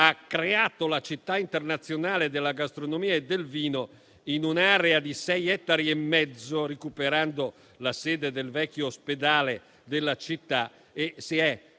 ha creato la Città internazionale della gastronomia e del vino in un'area di 6,5 ettari, recuperando la sede del vecchio ospedale della città